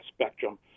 spectrum